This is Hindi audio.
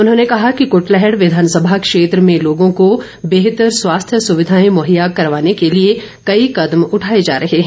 उन्होंने कहा कि कुटलैहड़ विधानसभा क्षेत्र में लोगों को बेहतर स्वास्थ्य सुविधाएं मुहैया करवाने के लिए कई कदम उठाए जा रहे हैं